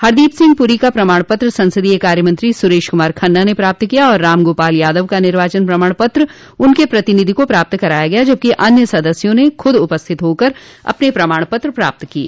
हरदीप सिंह पुरी का प्रमाण पत्र संसदीय कार्यमंत्री सुरेश कुमार खन्ना ने प्राप्त किया और राम गोपाल यादव का निर्वाचन प्रमाण पत्र उनक प्रतिनिधि को प्राप्त कराया गया जबकि अन्य सदस्यों ने स्वयं उपस्थित होकर अपने प्रमाण पत्र प्राप्त किये